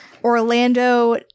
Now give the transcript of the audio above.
Orlando